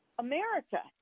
America